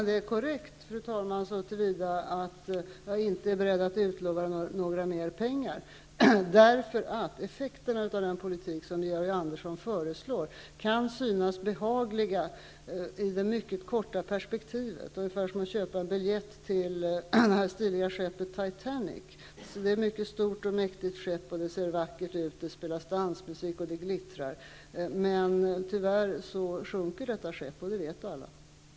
Fru talman! Det är korrekt så till vida att jag inte är beredd att utlova några mer pengar. Effekterna av den politik som Georg Andersson föreslår kan synas behagliga i det mycket korta perspektivet, ungefär som att köpa en biljett till det stiliga skeppet Titanic -- det är ett mycket stort och mäktigt skepp, och det ser vackert ut, det spelas dansmusik och det glittrar, men tyvärr sjunker detta skepp, och det vet alla.